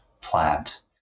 plant